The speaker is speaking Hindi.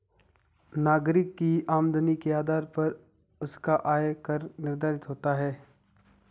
नागरिक की आमदनी के आधार पर उसका आय कर निर्धारित होता है